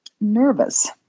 nervous